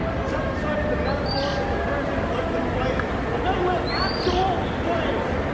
some have cited the metaphor that the president lit the flame. well, they lit actual flames.